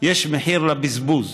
יש מחיר לבזבוז.